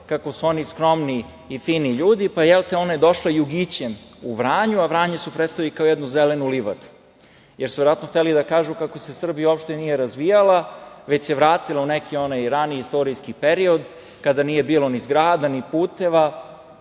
kako su oni skromni i fini ljudi, pa je ona došla jugićem u Vranje, a Vranje su predstavili kao jednu zelenu livadu, jer su verovatno hteli da kažu kako se Srbija uopšte nije razvijala, već se vratila u neki raniji istorijski period kada nije bilo ni zgrada, ni puteva,